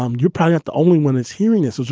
um you're pregnant. the only one is hearing this,